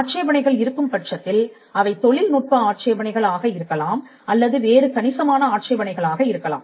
ஆட்சேபணைகள் இருக்கும்பட்சத்தில் அவை தொழில்நுட்ப ஆட்சேபணைகள் ஆக இருக்கலாம் அல்லது வேறு கணிசமான ஆட்சேபணைகள் ஆக இருக்கலாம்